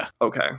okay